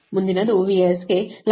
ಮುಂದಿನದು VSಗೆ 11